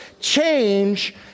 Change